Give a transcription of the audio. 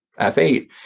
F8